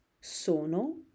Sono